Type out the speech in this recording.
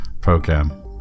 program